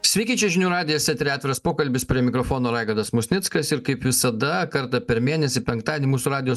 sveiki čia žinių radijas eteryje atviras pokalbis prie mikrofono raigardas musnickas ir kaip visada kartą per mėnesį penktadienį mūsų radijo